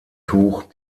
tuch